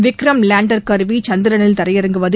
Vikram lander கருவி சந்திரனில் தரையிறங்குவது